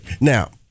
Now